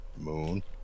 moon